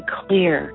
clear